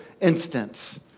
instance